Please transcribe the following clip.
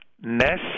Ness